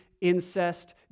incest